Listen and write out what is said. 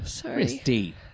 Christy